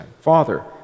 Father